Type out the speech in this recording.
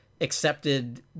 accepted